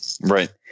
Right